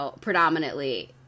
predominantly